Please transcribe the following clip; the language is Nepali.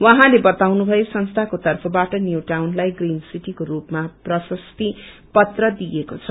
उहाँले बताउनु भयो संस्थाको तर्फबाट न्यू टाउनलाई ग्रीन सीटीको रूपमा प्रशस्ति पत्र दिएको छ